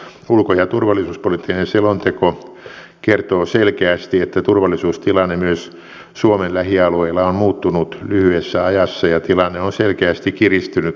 ulko ja turvallisuuspoliittinen selonteko kertoo selkeästi että turvallisuustilanne myös suomen lähialueilla on muuttunut lyhyessä ajassa ja tilanne on selkeästi kiristynyt aiemmasta